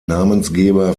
namensgeber